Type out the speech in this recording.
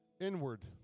inward